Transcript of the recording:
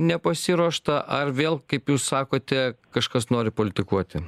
nepasiruošta ar vėl kaip jūs sakote kažkas nori politikuoti